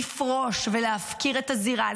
לפרוש ולהפקיר את הזירה,